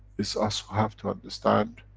it's us who have to understand,